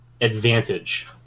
advantage